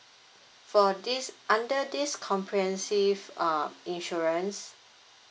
for this under this comprehensive uh insurance